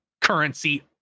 currency